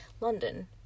London